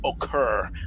occur